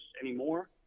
anymore